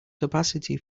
capacity